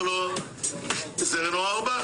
מי מנמק את הרוויזיה?